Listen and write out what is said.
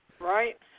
Right